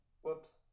Whoops